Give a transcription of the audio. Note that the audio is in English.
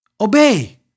Obey